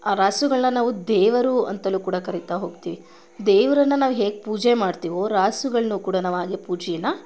ಆ ರಾಸುಗಳನ್ನ ನಾವು ದೇವರು ಅಂತಲೂ ಕೂಡ ಕರೀತಾ ಹೋಗ್ತೀವಿ ದೇವರನ್ನು ನಾವು ಹೇಗೆ ಪೂಜೆ ಮಾಡ್ತೀವೋ ರಾಸುಗಳನ್ನೂ ಕೂಡಾ ಹಾಗೆ ಪೂಜೆನಾ